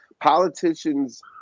Politicians